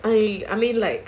I mean like